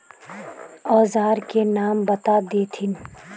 औजार के नाम बता देथिन?